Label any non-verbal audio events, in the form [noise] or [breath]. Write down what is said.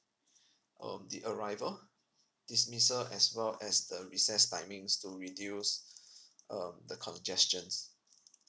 [breath] um the arrival dismissal as well as the recess timings to reduce [breath] um the congestions